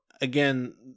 again